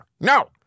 no